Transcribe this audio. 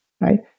right